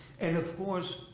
and of course,